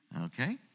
Okay